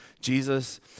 Jesus